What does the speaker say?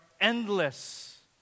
endless